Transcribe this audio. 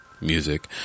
music